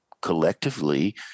collectively